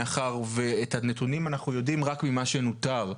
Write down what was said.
מאחר ואת הנתונים אנחנו יודעים רק ממה שנוטר.